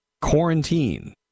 quarantine